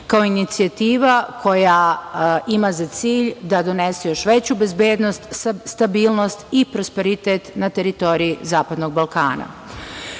kao inicijativa koja ima za cilj da donese još veću bezbednost, stabilnost i prosperitet na teritoriji zapadnog Balkana. Kada